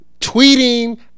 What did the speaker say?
tweeting